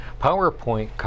PowerPoint